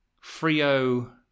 Frio